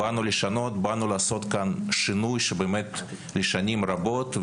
באנו לשנות, באנו לעשות כאן שינוי לשנים רבות.